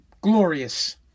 glorious